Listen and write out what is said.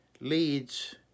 leads